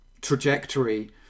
trajectory